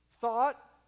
thought